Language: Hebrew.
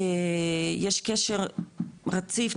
יש קשר רציף,